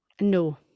no